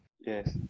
Yes